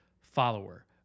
follower